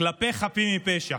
כלפי חפים מפשע.